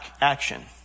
action